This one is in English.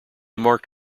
marked